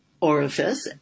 orifice